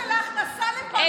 ראש הממשלה שלך נסע לפריז.